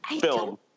film